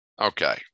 Okay